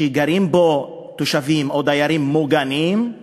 שגרים בו תושבים או דיירים מוגנים של